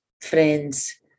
friends